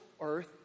earth